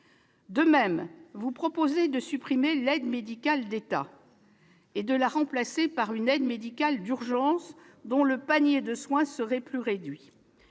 De même, vous proposez de supprimer l'aide médicale de l'État et de la remplacer par une aide médicale d'urgence, dont le panier de soins serait plus réduit.